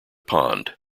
pond